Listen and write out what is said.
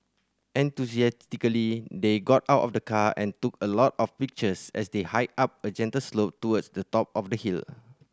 enthusiastically they got out of the car and took a lot of pictures as they hiked up a gentle slope towards the top of the hill